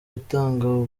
gutanga